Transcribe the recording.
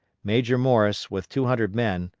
major morris, with two hundred men,